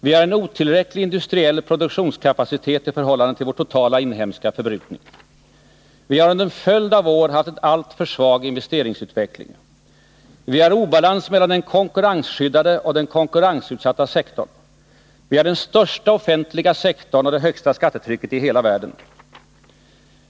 Vi har en otillräcklig industriell produktionskapacitet i förhållande till vår totala inhemska förbrukning. Vi har under en följd av år haft en alltför svag investeringsutveckling. Vi har obalans mellan den konkurrensskyddade och den konkurrensutsatta sektorn. Vi har den största offentliga sektorn och det högsta skattetrycket i hela världen.